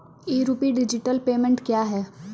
ई rupee digital payment क्या हैं?